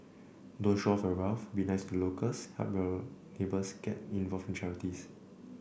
don't show off your wealth be nice to the locals help your neighbours get involved in charities